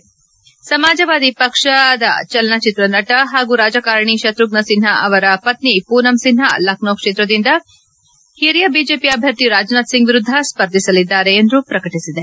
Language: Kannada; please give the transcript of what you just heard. ಈ ಮಧ್ಯೆ ಸಮಾಜವಾದಿ ಪಕ್ಷ ಚಲನಚಿತ್ರ ನಟ ಹಾಗೂ ರಾಜಕಾರಣಿ ಶತ್ರುಫ್ನ ಸಿನ್ಣಾ ಅವರ ಪತ್ತಿ ಪೂನಮ್ ಸಿನ್ಣಾ ಲಖನೌ ಕ್ಷೇತ್ರದಿಂದ ಹಿರಿಯ ಬಿಜೆಪಿ ಅಭ್ಯರ್ಥಿ ರಾಜನಾಥ್ ಸಿಂಗ್ ವಿರುದ್ದ ಸ್ಪರ್ಧಿಸಲಿದ್ದಾರೆ ಎಂದು ಪ್ರಕಟಿಸಿದೆ